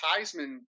Heisman